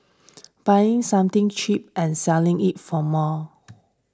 buying something cheaper and selling it for more